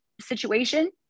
situation